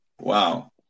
Wow